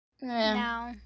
No